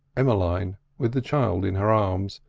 emmeline, with the child in her arms,